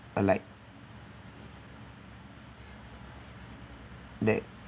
uh like that